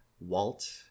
walt